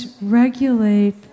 regulate